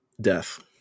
Death